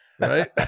Right